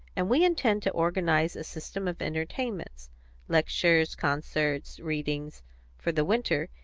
and we intend to organise a system of entertainments lectures, concerts, readings for the winter,